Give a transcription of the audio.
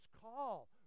call